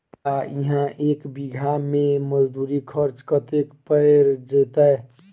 आ इहा एक बीघा मे मजदूरी खर्च कतेक पएर जेतय?